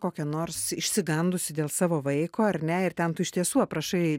kokia nors išsigandusi dėl savo vaiko ar ne ir ten tu iš tiesų aprašai